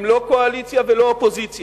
הם לא קואליציה ולא אופוזיציה.